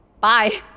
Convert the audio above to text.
Bye